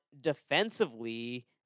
defensively